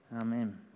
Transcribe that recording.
Amen